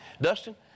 Dustin